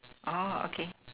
oh okay